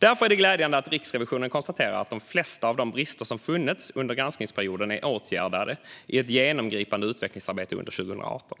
Därför är det glädjande att Riksrevisionen konstaterar att de flesta av de brister som funnits under granskningsperioden är åtgärdade i ett genomgripande utvecklingsarbete under 2018.